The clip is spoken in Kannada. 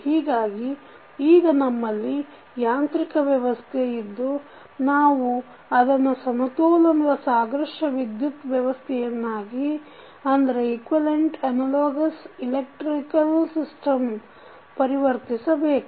ಹೀಗಾಗಿ ಈಗ ನಮ್ಮಲ್ಲಿ ಯಾಂತ್ರಿಕ ವ್ಯವಸ್ಥೆ ಇದ್ದು ನಾವು ಅದನ್ನು ಸಮತೋಲನದ ಸಾದೃಶ್ಯ ವಿದ್ಯುತ್ ವ್ಯವಸ್ಥೆಯನ್ನಾಗಿ ಪರಿವರ್ತಿಸಬೇಕು